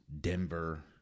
Denver